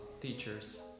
teachers